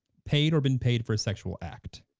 paid or been paid for a sexual act.